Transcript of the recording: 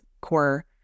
core